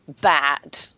bad